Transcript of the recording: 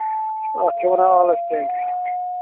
اَتھ چھِ وَنان آلسٹینٛگ